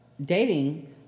dating